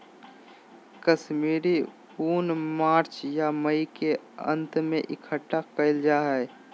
कश्मीरी ऊन मार्च या मई के अंत में इकट्ठा करल जा हय